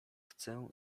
chcę